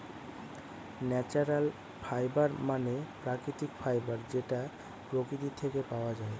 natural fibre মানে প্রাকৃতিক fibre যেটা প্রকৃতি থেকে পাওয়া যায়